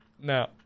Now